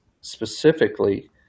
specifically